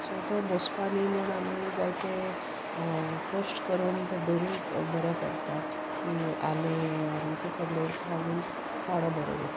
so तो बोसपा न्ही म्हूण आमी जायते कश्ट करून तें दवरूंक बऱ्या पोडटा की आले आनी ते सगळे खावून ताळो बरो दोत्ता